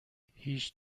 هیچ